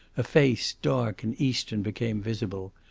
a face dark and eastern became visible,